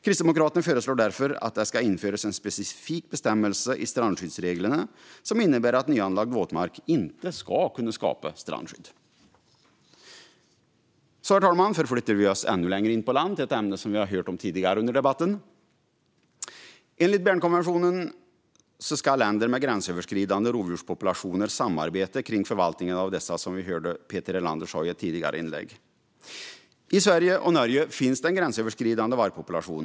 Kristdemokraterna föreslår därför att det ska införas en specifik bestämmelse i strandskyddsreglerna som innebär att nyanlagd våtmark inte ska kunna skapa ett strandskydd. Herr talman! Vi förflyttar vi oss ännu längre in på land och till ett ämne som det har talats om tidigare i debatten. Enligt Bernkonventionen ska länder med gränsöverskridande rovdjurspopulationer samarbeta kring förvaltningen av dessa, vilket vi hörde Peter Helander tala om i ett tidigare anförande. I Sverige och Norge finns en gränsöverskridande vargpopulation.